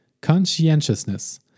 Conscientiousness